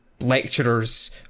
lecturers